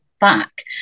back